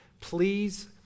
Please